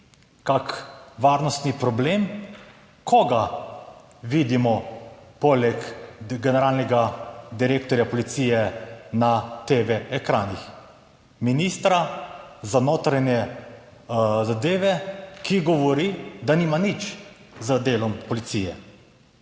kak varnostni problem, koga vidimo poleg generalnega direktorja policije na TV ekranih, ministra za notranje zadeve, ki govori, da nima nič z delom policije